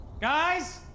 Guys